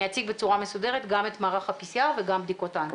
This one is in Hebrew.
אני אציג בצורה מסודרת גם את מערך ה-PCR וגם בדיקות האנטיגן.